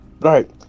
right